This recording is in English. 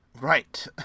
Right